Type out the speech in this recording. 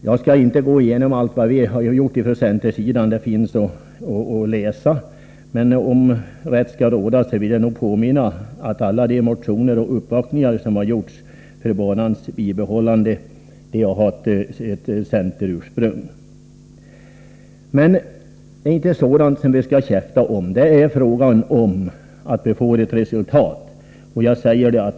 Jag skall inte gå igenom allt vad vi från centerns sida har gjort — det finns att läsa — men om rätt skall råda bör jag påminna om att alla de motioner som har väckts och uppvaktningar som har gjorts om banans bibehållande har haft centerursprung. Det är emellertid inte sådant vi skall käfta om, utan här är det fråga om att få resultat.